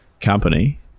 company